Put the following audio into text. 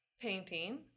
painting